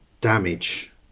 damage